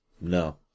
no